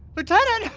lieutenant?